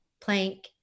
plank